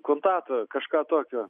kantatą kažką tokio